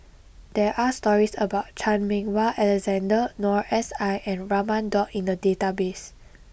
there are stories about Chan Meng Wah Alexander Noor S I and Raman Daud in the database